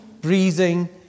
breathing